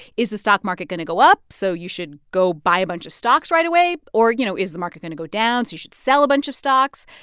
is the stock market going to go up? so you should go buy a bunch of stocks right away. or, you know, is the market going to go down? so you should sell a bunch of stocks.